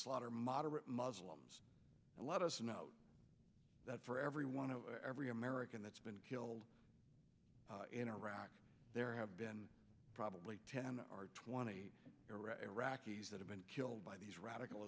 slaughter moderate muslims and let us know that for every one to every american that's been killed in iraq there have been probably ten or twenty iraqis that have been killed by these radical